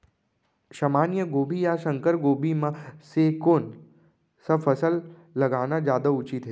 सामान्य गोभी या संकर गोभी म से कोन स फसल लगाना जादा उचित हे?